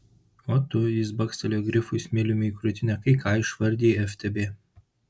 o tu jis bakstelėjo grifui smiliumi į krūtinę kai ką išvardijai ftb